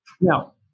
Now